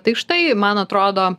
tai štai man atrodo